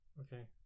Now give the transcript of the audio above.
okay